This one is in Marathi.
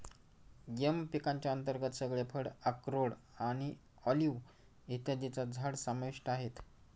एम पिकांच्या अंतर्गत सगळे फळ, अक्रोड आणि ऑलिव्ह इत्यादींची झाडं समाविष्ट आहेत